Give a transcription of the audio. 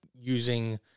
using